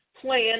plan